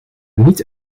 niet